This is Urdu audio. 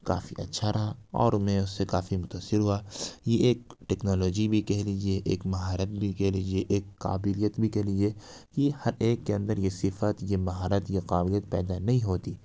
کافی اچھا رہا اور میں اسے کافی متاثر ہوا یہ ایک ٹیکنالوجی بھی کہہ لیجیے ایک مہارت بھی کہہ لیجیے ایک قابلیت بھی کہہ لیجیے کہ ہر ایک کے اندر یہ صفت یہ مہارت یہ قابلیت پیدا نہیں ہوتی